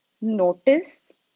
notice